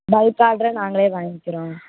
bulk ஆட்ராக நாங்களே வாய்ங்கிகிறோம்